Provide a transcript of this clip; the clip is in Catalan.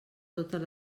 totes